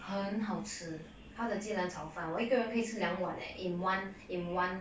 很好吃她的芥兰炒饭我一个人可以吃两碗 eh in one in one